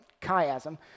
chiasm